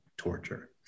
torture